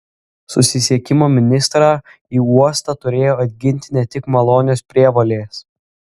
susisiekimo ministrą į uostą turėjo atginti ne tik malonios prievolės